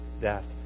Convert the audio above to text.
death